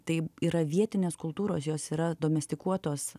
tai yra vietinės kultūros jos yra domestikuotos